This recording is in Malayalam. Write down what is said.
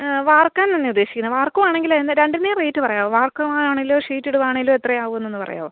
വാർക്കാൻ തന്നെയാണ് ഉദ്ദേശിക്കുന്നത് വാർക്കുവാണെങ്കിലെ രണ്ടിൻറ്റെം റേറ്റ് പറയാവോ വാർക്കുവാണെലോ ഷീറ്റിടുവാണെലോ എത്ര ആവുമെന്നൊന്ന് പറയാവോ